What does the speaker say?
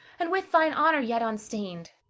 and with thine honor yet unstained.